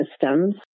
systems